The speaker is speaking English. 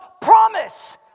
promise